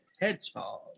Hedgehog